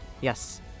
Yes